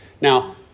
Now